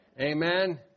Amen